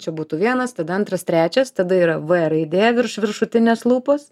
čia būtų vienas tada antras trečias tada yra v raidė virš viršutinės lūpos